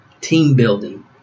Team-building